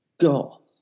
goth